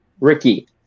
Ricky